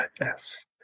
Yes